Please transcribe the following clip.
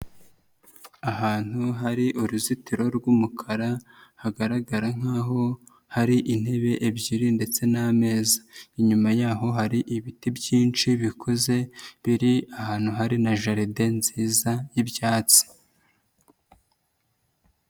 Ahantu hari uruzitiro rw'umukara hagaragara nk'aho hari intebe ebyiri ndetse n'ameza, inyuma yaho hari ibiti byinshi bikuze biri ahantu hari na jeride nziza y'ibyatsi.